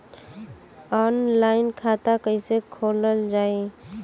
Online खाता कईसे खोलल जाई?